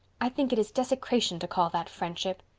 i think it is desecration to call that friendship.